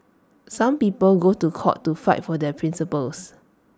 some people go to court to fight for their principles